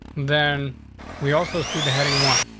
then we also see the heading one,